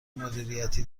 مدیریتی